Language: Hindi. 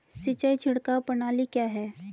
सिंचाई छिड़काव प्रणाली क्या है?